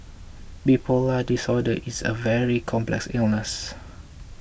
bipolar disorder is a very complex illness